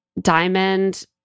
Diamond